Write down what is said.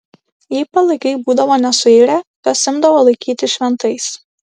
jei palaikai būdavo nesuirę juos imdavo laikyti šventais